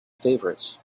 favorites